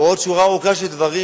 ועוד שורה ארוכה של דברים,